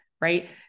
right